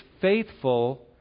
faithful